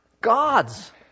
God's